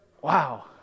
wow